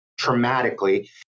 traumatically